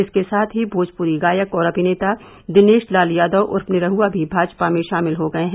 इसके साथ ही भोजपुरी गायक और अमिनेता दिनेश लाल यादव उर्फ निरहुआ भी भाजपा में शामिल हो गये हैं